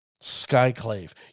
skyclave